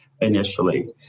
initially